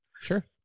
Sure